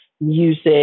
music